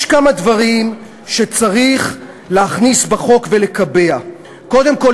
יש כמה דברים שצריך להכניס בחוק ולקבע: קודם כול,